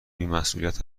بیمسئولیت